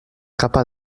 capa